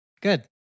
Good